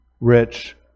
rich